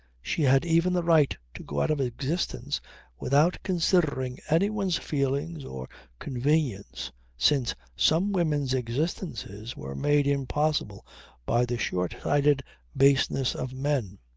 she had even the right to go out of existence without considering anyone's feelings or convenience since some women's existences were made impossible by the shortsighted baseness of men.